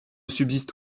subsiste